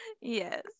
Yes